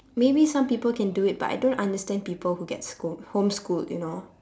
maybe some people can do it but I don't understand people who gets schooled homeschooled you know